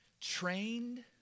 trained